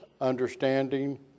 understanding